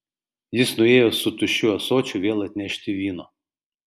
jis nuėjo su tuščiu ąsočiu vėl atnešti vyno